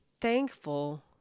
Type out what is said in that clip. thankful